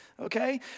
Okay